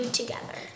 together